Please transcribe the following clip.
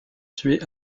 tuer